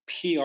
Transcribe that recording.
PR